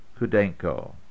Kudenko